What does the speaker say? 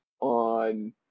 on